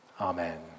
Amen